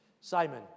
Simon